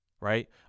Right